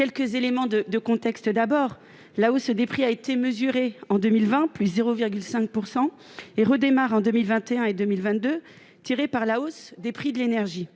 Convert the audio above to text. quelques éléments de contexte : la hausse des prix a été mesurée en 2020 à 0,5 %. Elle redémarre en 2021 et 2022, tirée par la hausse des prix de l'énergie.